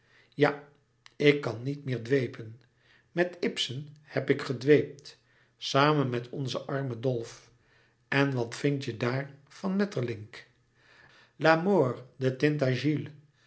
ja ik kan niet meer dwepen met ibsen heb ik gedweept samen met onzen armen dolf en wat vindt je daar van maeterlinck la mort de